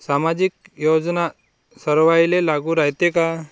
सामाजिक योजना सर्वाईले लागू रायते काय?